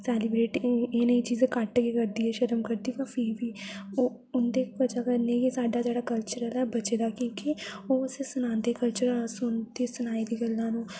celebrate नेईयां चीजां घट्ट गे करदी ऐ शर्म करदी ऐ पर फ्ही बी ओह् उंदी वजह कन्नै गे साढ़ा जेह्ड़ा कल्चर ऐ बचे दा ऐ क्युंकी ओह् असेई सनादे कल्चर अस उंदी सनाई दी गल्ला नु अपना